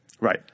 Right